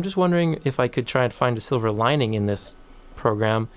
i'm just wondering if i could try to find a silver lining in this program